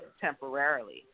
temporarily